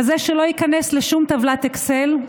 כזה שלא יכנס לשום טבלת אקסל,